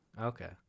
Okay